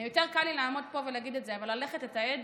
יותר קל לי לעמוד פה ולהגיד את זה, אבל ללכת לתעד